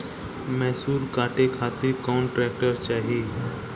मैसूर काटे खातिर कौन ट्रैक्टर चाहीं?